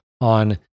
on